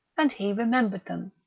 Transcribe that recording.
and he remembered them.